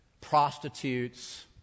prostitutes